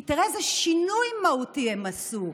כי תראה איזה שינוי מהותי הם עשו.